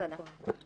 בסדר.